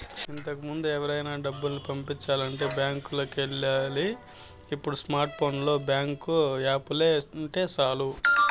ఇంతకముందు ఎవరికైనా దుడ్డుని పంపించాలంటే బ్యాంకులికి ఎల్లాలి ఇప్పుడు స్మార్ట్ ఫోనులో బ్యేంకు యాపుంటే సాలు